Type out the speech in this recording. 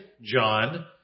John